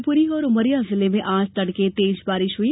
शिवपुरी और उमरिया जिले में आज तड़के तेज बारिश हुई